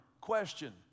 question